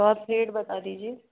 तो आप रेट बता दीजिये